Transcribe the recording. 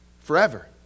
forever